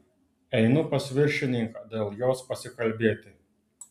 einu pas viršininką dėl jos pasikalbėti